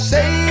Say